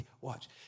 watch